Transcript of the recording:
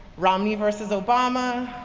romney versus obama.